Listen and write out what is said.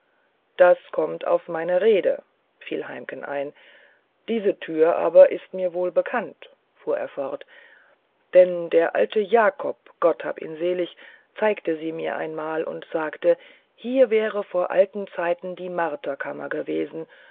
das kommt auf meine rede fiel heimken ein diese tür aber ist mir wohlbekannt fuhr er fort denn der alte jakob gott hab ihn selig zeigte sie mir einmal und sagte hier wäre vor alten zeiten die marterkammer gewesen